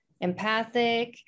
empathic